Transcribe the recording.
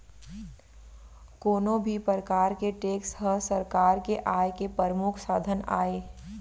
कोनो भी परकार के टेक्स ह सरकार के आय के परमुख साधन आय